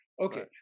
Okay